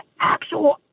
actual